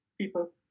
people